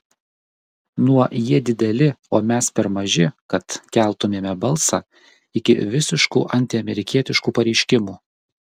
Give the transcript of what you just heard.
nuo jie dideli o mes per maži kad keltumėme balsą iki visiškų antiamerikietiškų pareiškimų